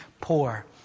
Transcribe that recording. poor